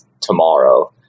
tomorrow